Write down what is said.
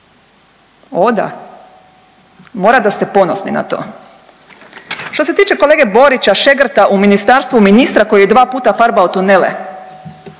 O da, mora da ste ponosni na to. Što se tiče kolege Borića šegrta u ministarstvu ministra koji je dva puta farbao tunele,